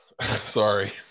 Sorry